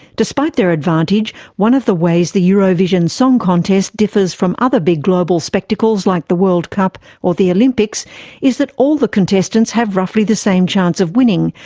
despite their advantage, one of the ways the eurovision song contest differs from other big global spectacles like the world cup or the olympics is that all the contestants have roughly the same chance of winning,